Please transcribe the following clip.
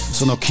sono